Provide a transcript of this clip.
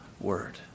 word